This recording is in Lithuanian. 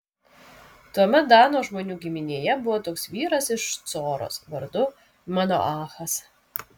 tuomet dano žmonių giminėje buvo toks vyras iš coros vardu manoachas